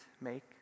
make